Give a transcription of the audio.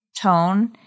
tone